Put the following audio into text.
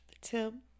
Tim